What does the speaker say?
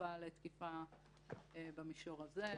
חשופה לתקיפה במישור הזה.